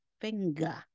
finger